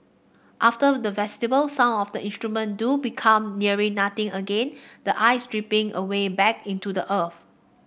after the festival some of the instruments do become nearly nothing again the ice dripping away back into the earth